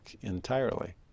entirely